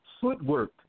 footwork